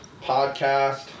Podcast